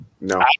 No